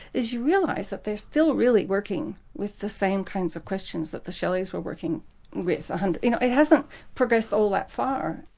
is you realise that they're still really working with the same kinds of questions that the shelleys were working with. and you know it hasn't progressed all that far.